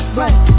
right